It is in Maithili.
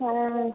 हूँ